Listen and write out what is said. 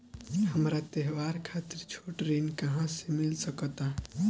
हमरा त्योहार खातिर छोट ऋण कहाँ से मिल सकता?